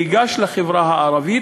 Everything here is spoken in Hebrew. ניגש לחברה הערבית,